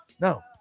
No